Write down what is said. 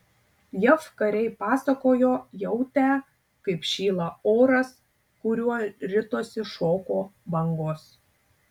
jav kariai pasakojo jautę kaip šyla oras kuriuo ritosi šoko bangos